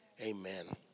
amen